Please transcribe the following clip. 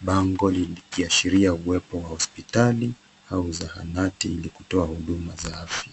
bango likiashiria uwepo wa hospitali au zahanati ili kutoa huduma za afya.